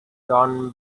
john